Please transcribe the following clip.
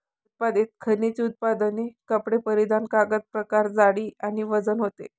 उत्पादित खनिज उत्पादने कपडे परिधान कागद प्रकार जाडी आणि वजन होते